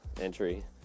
entry